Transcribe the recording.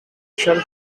shell